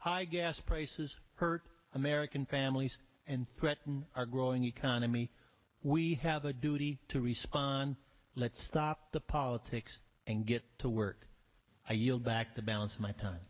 high gas prices hurt american families and threaten our growing economy we have a duty to respond let's stop the politics and get to work i yield back the balance of my time